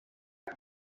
izo